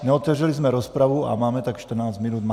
Neotevřeli jsme rozpravu a máme tak čtrnáct minut max.